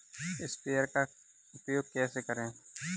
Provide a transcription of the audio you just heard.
Sprayer का उपयोग कैसे करें?